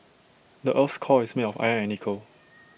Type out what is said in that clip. the Earth's core is made of iron and nickel